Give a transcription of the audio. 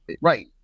right